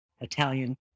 Italian